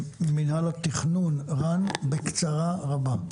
מינהל התכנון, רן, בקצרה רבה.